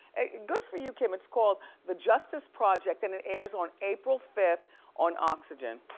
good for you, kim. it's called the justice project and it airs on april fifth on oxygen.